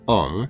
on